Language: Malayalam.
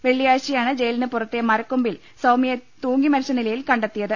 വെള്ളിയാഴ്ചയാണ് ജയിലിന് പുറത്തെ മരക്കൊമ്പിൽ സൌമ്യയെ തൂങ്ങി മരിച്ച നിലയിൽ കണ്ടെ ത്തിയത്